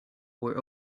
were